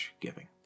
Giving